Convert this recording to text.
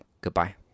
Goodbye